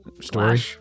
story